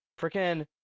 freaking